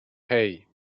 hei